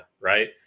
right